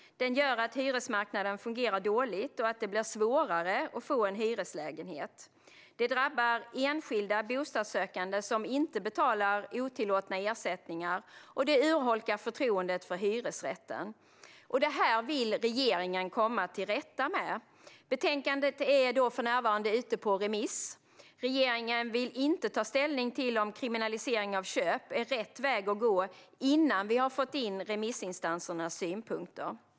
Den gör att hyresmarknaden fungerar dåligt och att det blir svårare att få en hyreslägenhet. Det drabbar enskilda bostadssökande som inte betalar otillåtna ersättningar, och det urholkar förtroendet för hyresrätten. Det här vill regeringen komma till rätta med. Betänkandet är för närvarande ute på remiss. Regeringen vill inte ta ställning till om kriminalisering av köp är rätt väg att gå innan vi har fått remissinstansernas synpunkter.